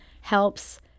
helps